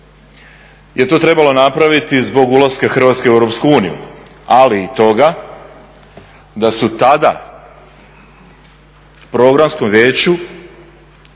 je to trebalo napraviti zbog ulaska Hrvatske u EU, ali i toga da su tada programskom vijeću